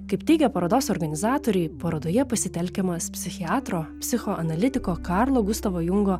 kaip teigia parodos organizatoriai parodoje pasitelkiamas psichiatro psichoanalitiko karlo gustavo jungo